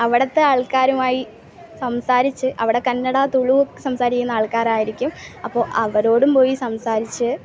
അവിടുത്തെ ആൾക്കാരുമായി സംസാരിച്ച് അവിടെ കന്നഡ തുളു സംസാരിക്കുന്ന ആൾക്കാരായിരിക്കും അപ്പോൾ അവരോടും പോയി സംസാരിച്ച്